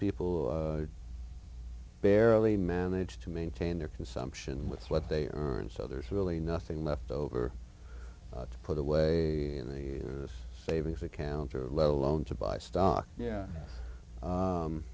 people barely manage to maintain their consumption with what they earn so there's really nothing left over to put away in the savings account or let alone to buy stock yeah